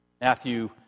Matthew